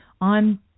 on